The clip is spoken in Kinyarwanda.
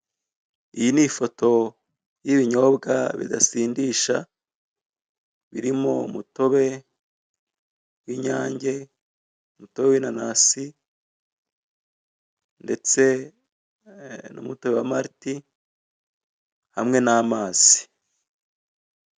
Iyi ni ifoto y'ibinyobwa bidasindisha, birimo umutobe w'inyange, umutobe w'inanasi, ndetse n'umutobe wa maliti, ndetse n'amazi.